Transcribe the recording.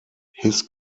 his